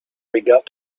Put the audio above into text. regard